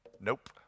Nope